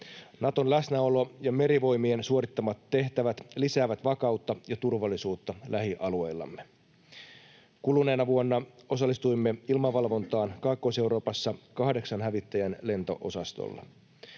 Naton läsnäolo ja Merivoimien suorittamat tehtävät lisäävät vakautta ja turvallisuutta lähialueillamme. Kuluneena vuonna osallistuimme ilmavalvontaan Kaakkois-Euroopassa kahdeksan hävittäjän lento-osastolla.